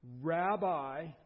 rabbi